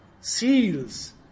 seals